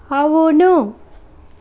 అవును